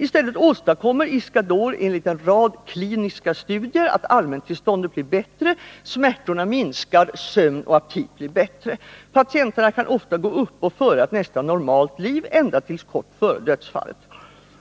I stället åstadkommer Iscador enligt en rad kliniska studier att allmäntillståndet blir bättre, att smärtorna minskar och att sömn och aptit blir bättre. Patienterna kan ofta gå uppe och föra ett nästan normalt liv ända tills kort före dödsfallet.